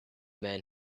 man